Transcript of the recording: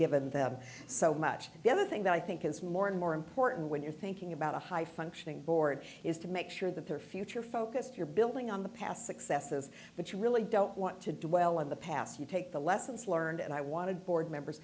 given them so much the other thing that i think is more and more important when you're thinking about a high functioning board is to make sure that their future focused you're building on the past successes but you really don't want to dwell on the past you take the lessons learned and i want to board members